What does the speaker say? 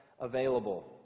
available